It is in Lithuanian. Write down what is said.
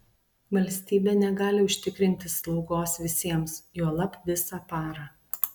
valstybė negali užtikrinti slaugos visiems juolab visą parą